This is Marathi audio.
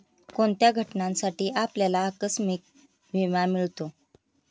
कोणत्या घटनांसाठी आपल्याला आकस्मिक विमा मिळतो?